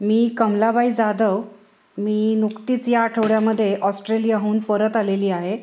मी कमलाबाई जाधव मी नुकतीच या आठवड्यामध्ये ऑस्ट्रेलियाहून परत आलेली आहे